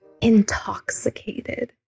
intoxicated